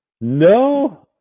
no